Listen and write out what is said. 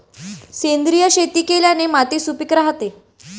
सेंद्रिय शेती केल्याने माती सुपीक राहते